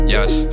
Yes